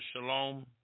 Shalom